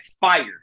fired